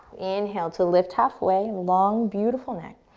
inhale to lift halfway. long, beautiful neck.